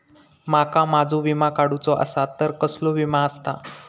माका माझो विमा काडुचो असा तर कसलो विमा आस्ता?